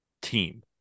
team